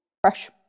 Fresh